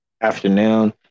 afternoon